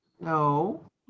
No